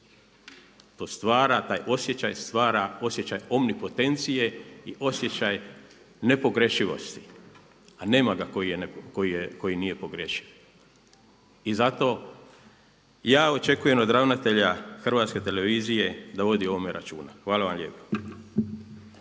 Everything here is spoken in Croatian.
To stvara, taj osjećaj stvara osjećaj omnipotencije i osjećaj nepogrešivosti a nema ga koji nije pogrešiv. I zato ja očekujem od ravnatelja Hrvatske televizije da vodi o ovome računa. Hvala vam lijepa.